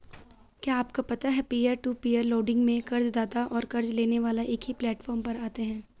क्या आपको पता है पीयर टू पीयर लेंडिंग में कर्ज़दाता और क़र्ज़ लेने वाला एक प्लैटफॉर्म पर आते है?